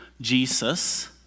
Jesus